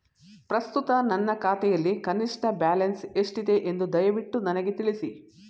ಪ್ರಸ್ತುತ ನನ್ನ ಖಾತೆಯಲ್ಲಿ ಕನಿಷ್ಠ ಬ್ಯಾಲೆನ್ಸ್ ಎಷ್ಟಿದೆ ಎಂದು ದಯವಿಟ್ಟು ನನಗೆ ತಿಳಿಸಿ